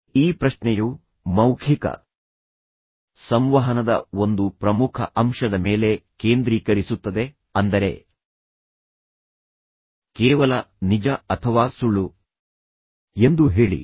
ಈ ಪ್ರಶ್ನೆಯು ಮೌಖಿಕ ಸಂವಹನದ ಒಂದು ಪ್ರಮುಖ ಅಂಶದ ಮೇಲೆ ಕೇಂದ್ರೀಕರಿಸುತ್ತದೆ ಅಂದರೆ ಕೇವಲ ನಿಜ ಅಥವಾ ಸುಳ್ಳು ಎಂದು ಹೇಳಿ